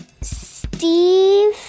Steve